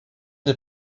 des